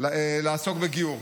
לעסוק בגיור.